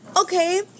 Okay